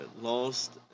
lost